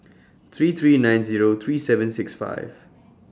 three three nine Zero three seven six five